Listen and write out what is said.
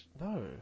No